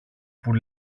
που